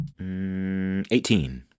18